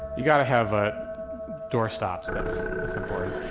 you gotta have ah doorstops, that's that's important.